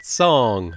song